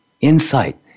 insight